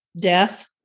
death